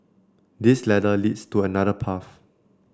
this ladder leads to another path